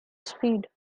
speed